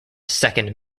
second